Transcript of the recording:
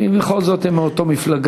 כי בכל זאת הם מאותה מפלגה.